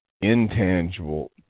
intangible